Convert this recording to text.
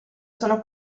sono